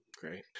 Great